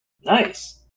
Nice